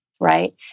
Right